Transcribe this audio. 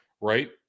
right